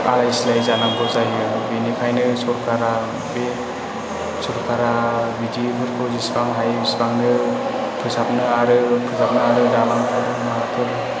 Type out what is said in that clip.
आलाय सिलाय जानांगौ जायो बेनिखायनो सोरखारा बे सोरखारा बिदिफोरखौ जेसेबां हायो एसेबांनो फोसाबनो आरो फोसाबनानै दालांफोर माबाफोरखौ